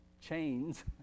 chains